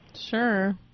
Sure